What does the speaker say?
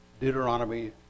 Deuteronomy